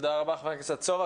תודה רבה, חבר הכנסת סובה.